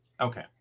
Okay